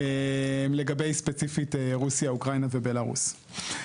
לגבי, ספציפית, רוסיה, אוקראינה ובלרוס.